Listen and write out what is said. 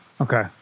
Okay